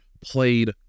played